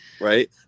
right